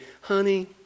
Honey